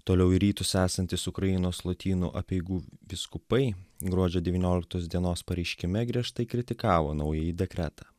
toliau į rytus esantys ukrainos lotynų apeigų vyskupai gruodžio devynioliktos dienos pareiškime griežtai kritikavo naująjį dekretą